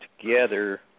together